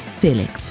Felix